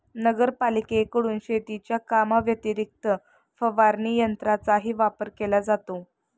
नगरपालिकेकडून शेतीच्या कामाव्यतिरिक्त फवारणी यंत्राचाही वापर केला जातो